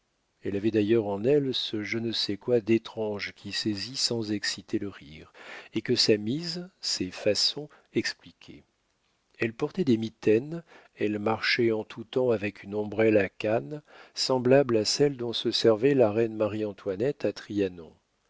elle avait d'ailleurs en elle ce je ne sais quoi d'étrange qui saisit sans exciter le rire et que sa mise ses façons expliquaient elle portait des mitaines elle marchait en tout temps avec une ombrelle à canne semblable à celle dont se servait la reine marie-antoinette